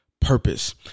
purpose